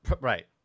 Right